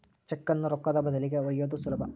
ಚೆಕ್ಕುನ್ನ ರೊಕ್ಕದ ಬದಲಿಗಿ ಒಯ್ಯೋದು ಸುಲಭ